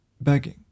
begging